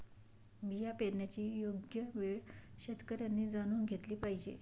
बिया पेरण्याची योग्य वेळ शेतकऱ्यांनी जाणून घेतली पाहिजे